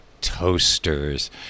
toasters